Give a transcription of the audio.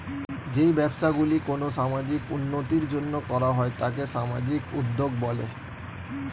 যেই ব্যবসাগুলি কোনো সামাজিক উন্নতির জন্য করা হয় তাকে সামাজিক উদ্যোগ বলে